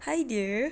hi dear